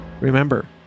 Remember